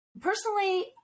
personally